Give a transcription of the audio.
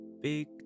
big